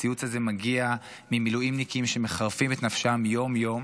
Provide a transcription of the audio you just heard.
הציוץ הזה מגיע ממילואימניקים שמחרפים את נפשם יום-יום,